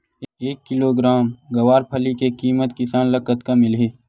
एक किलोग्राम गवारफली के किमत किसान ल कतका मिलही?